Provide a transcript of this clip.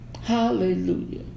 Hallelujah